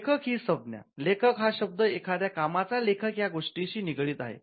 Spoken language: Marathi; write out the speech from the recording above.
लेखक हि संज्ञा लेखक हा शब्द एखाद्या कामाचा लेखक या गोष्टीशी निगडित आहे